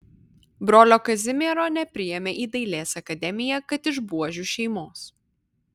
brolio kazimiero nepriėmė į dailės akademiją kad iš buožių šeimos